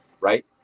Right